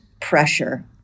pressure